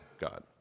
God